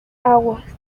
aguas